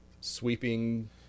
sweeping